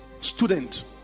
student